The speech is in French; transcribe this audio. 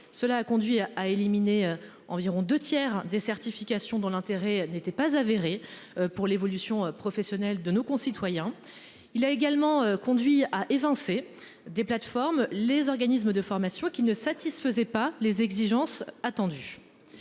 Cela a conduit à éliminer environ 2 tiers des certifications dans l'intérêt n'était pas avéré pour l'évolution professionnelle de nos concitoyens. Il a également conduit à évincer des plateformes les organismes de formation qui ne satisfaisaient pas les exigences attendues.